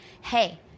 Hey